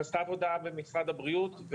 נעשתה עבודה במשרד הבריאות.